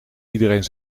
iedereen